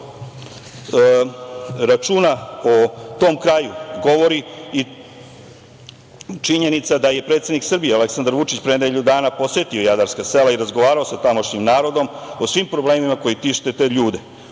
vodi računa o tom kraju govori i činjenica da je predsednik Srbije Aleksandar Vučić pre nedelju dana posetio Jadarska sela i razgovarao sa tamošnjim narodom o svim problemima koji tište te ljude,